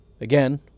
Again